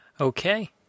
Okay